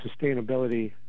sustainability